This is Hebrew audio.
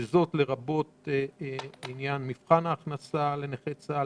וזאת לרבות עניין מבחן ההכנסה לנכי צה"ל,